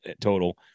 total